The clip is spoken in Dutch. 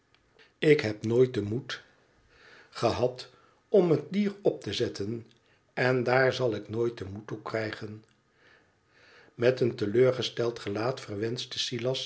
ik heb nooit den moed gehad om het dier op te zetten en daar zal ik nooit den moed toe krijgen met een teleurgesteld gelaat